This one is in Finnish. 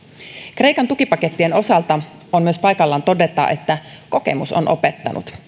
kreikan tukipakettien osalta on myös paikallaan todeta että kokemus on opettanut